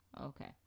Okay